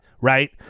right